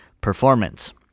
performance